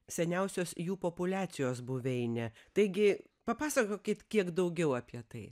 seniausios jų populiacijos buveinė taigi papasakokit kiek daugiau apie tai